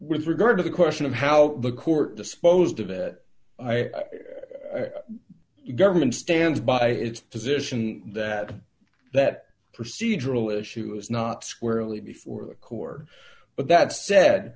with regard to the question of how the court disposed of it government stands by its position that that procedural issue is not squarely before the core but that sa